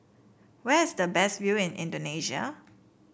where is the best view in Indonesia